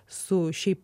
su šiaip